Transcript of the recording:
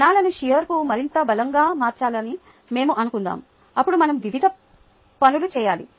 కణాలను షియర్కు మరింత బలంగా మార్చాలని మేము అనుకుందాం అప్పుడు మనం వివిధ పనులు చేయాలి